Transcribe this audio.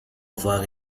avoir